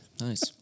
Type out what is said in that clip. Nice